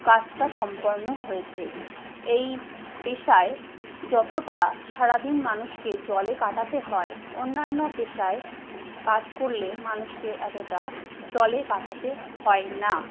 কাজটা সম্পন্ন হয়েছে এই পেশায় যতটা সারাদিন মানুষকে জলে কাটাতে হয় অন্যান্য পেশায় কাজ করলে মানুষকে এতটা জলে কাটাতে হয় না